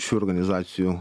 šių organizacijų